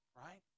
right